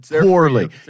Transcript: poorly